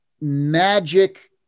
magic